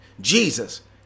Jesus